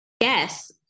Yes